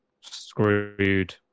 screwed